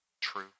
true